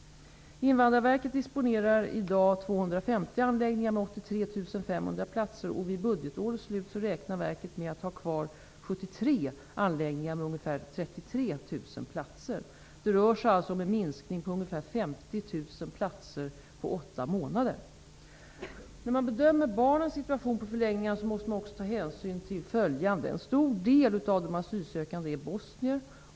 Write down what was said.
Invandrarverket disponerar i dag ungefär 250 anläggningar med 83 500 platser. Vid budgetårets slut räknar verket med att ha kvar 73 anläggningar med ungefär 33 300 platser. Det rör sig alltså om en minskning på omkring 50 000 platser på åtta månader. När man bedömer barnens situation på förläggningarna måste man också ta hänsyn till följande. En stor del av de asylsökande är bosnier.